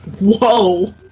Whoa